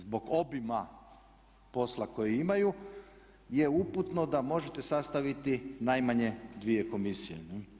Zbog obima posla koji imaju je uputno da možete sastaviti najmanje dvije komisije.